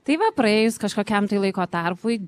tai va praėjus kažkokiam tai laiko tarpui